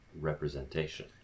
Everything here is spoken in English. representation